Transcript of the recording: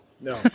No